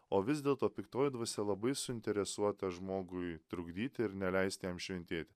o vis dėlto piktoji dvasia labai suinteresuota žmogui trukdyti ir neleisti jam šventėti